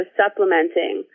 supplementing